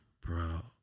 bro